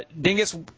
Dingus